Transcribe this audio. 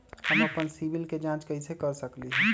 हम अपन सिबिल के जाँच कइसे कर सकली ह?